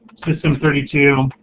system thirty two,